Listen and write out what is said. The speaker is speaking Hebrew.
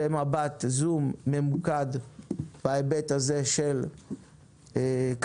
ומבט זום ממוקד בהיבט הזה של כלכלה,